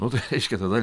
nu tai reiškia tada